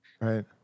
Right